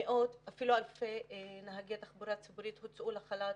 אלפי נהגי תחבורה ציבורית הוצאו לחל"ת,